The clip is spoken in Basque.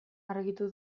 argitu